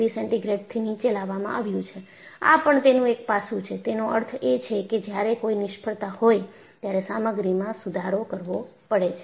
5 degree centigrade થી નીચે લાવવામાં આવ્યું છે આ પણ તેનું એક પાસું છે તેનો અર્થ એ છે કે જ્યારે કોઈ નિષ્ફળતા હોય ત્યારે સામગ્રીમાં સુધારો કરવો પડે છે